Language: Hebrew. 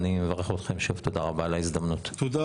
השנה תקציב